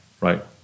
Right